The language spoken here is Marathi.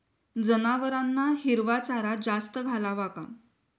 जनावरांना हिरवा चारा जास्त घालावा का?